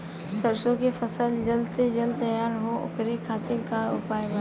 सरसो के फसल जल्द से जल्द तैयार हो ओकरे खातीर का उपाय बा?